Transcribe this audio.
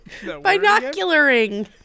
Binocularing